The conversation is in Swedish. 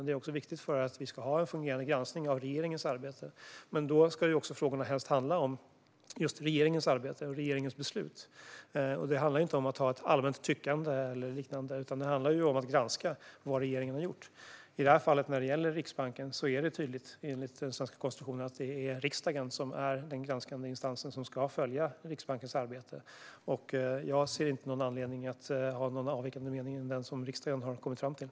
Det är också viktigt för att vi ska ha en fungerande granskning av regeringens arbete. Men då ska frågorna helst handla om regeringens arbete och regeringens beslut. Det handlar inte om att ha ett allmänt tyckande eller liknande. Det handlar om att granska vad regeringen har gjort. I det här fallet när det gäller Riksbanken är det tydligt enligt den svenska konstitutionen att det är riksdagen som är den granskande instansen som ska följa Riksbankens arbete. Jag ser inte någon anledning att ha någon avvikande mening mot den riksdagen har kommit fram till.